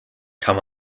kann